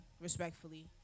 respectfully